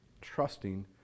trusting